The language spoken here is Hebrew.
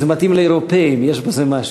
זה מתאים לאירופים, יש בזה משהו.